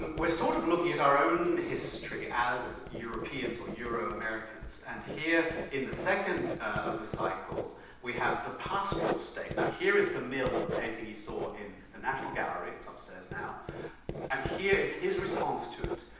we're sort of looking at our own history as europeans or euro-americans, and here in the second of the cycle we have the pastoral state. and here is the mill, the painting he saw in the national gallery, it's upstairs, and here is his response to it,